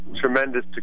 tremendous